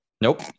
nope